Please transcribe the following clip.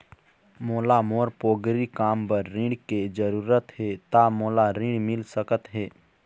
मोला मोर पोगरी काम बर ऋण के जरूरत हे ता मोला ऋण मिल सकत हे?